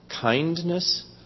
kindness